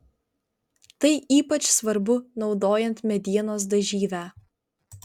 tai ypač svarbu naudojant medienos dažyvę